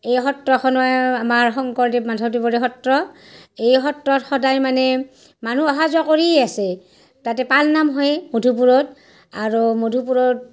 এই সত্ৰখনে আমাৰ শংকৰদেৱ মাধৱদেৱৰে সত্ৰ এই সত্ৰত সদায় মানে মানুহ অহা যোৱা কৰিয়ে আছে তাতে পালনাম হয় মধুপুৰত আৰু মধুপুৰত